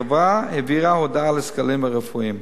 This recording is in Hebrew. החברה העבירה הודעה לסגלים הרפואיים